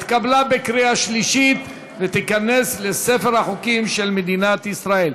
התקבלה בקריאה שלישית ותיכנס לספר החוקים של מדינת ישראל.